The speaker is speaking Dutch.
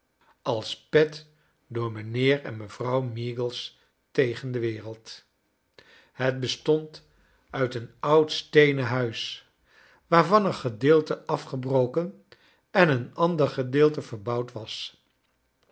als pet door mijnheer en mevrouw meagles tegen de wereld het bestond uit een oud steenen huis waarvan een gedeelte afgebroken en een ander gedeelte verbouwd was